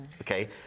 Okay